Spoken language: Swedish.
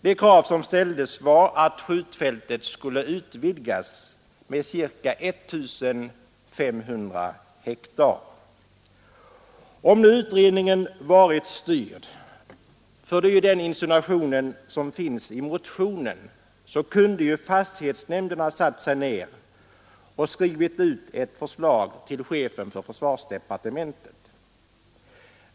Det krav som ställdes var att skjutfältet skulle utvidgas med ca 1 500 hektar. Om nu utredningen varit styrd — för det är ju den insinuationen som finns i motionen — kunde fastighetsnämnden ha satt sig ned och skrivit ut ett förslag till chefen för försvarsdepartementet.